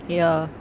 ya